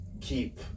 keep